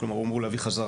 כלומר הוא אמור להביא חזרה.